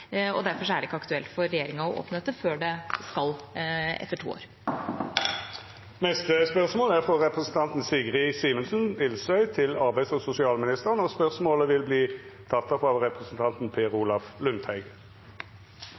og derfor er det ikke aktuelt for regjeringa å åpne dette før man skal, etter to år. Dette spørsmålet, frå representanten Sigrid Simensen Ilsøy til arbeids- og sosialministeren, vert teke opp av representanten Per Olaf Lundteigen.